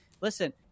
Listen